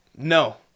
No